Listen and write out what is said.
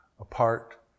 apart